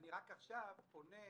אני פונה